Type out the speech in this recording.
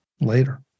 later